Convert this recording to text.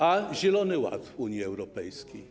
A zielony ład w Unii Europejskiej?